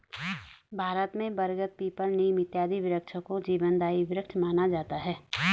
भारत में बरगद पीपल नीम इत्यादि वृक्षों को जीवनदायी वृक्ष माना जाता है